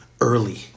early